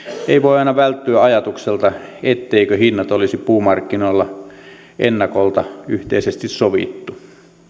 ei voi aina välttyä ajatukselta etteivätkö hinnat olisi puumarkkinoilla ennakolta yhteisesti sovittu